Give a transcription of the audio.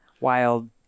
wild